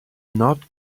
not